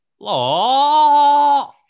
Law